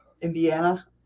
Indiana